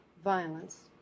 Violence